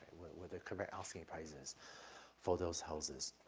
what the correct asking price is for those houses.